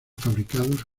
fabricados